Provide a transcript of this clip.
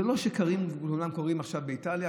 זה לא שכולם גרים עכשיו באיטליה.